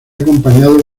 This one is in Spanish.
acompañado